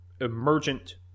emergent